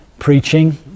Preaching